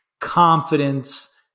confidence